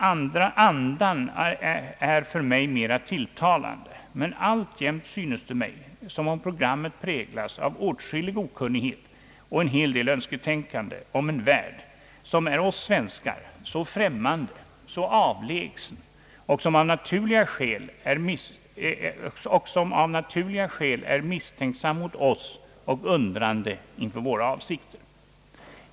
Andan är för mig mera tilltalande, men alltjämt synes det mig som om programmet präglas av åtskillig okunnighet och en hel del önsketänkande om en värld, som är oss svenskar så främmande och så avlägsen och som av naturliga skäl är misstänksam mot oss och undrande inför våra avsikter.